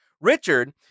Richard